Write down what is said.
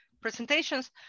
presentations